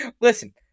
Listen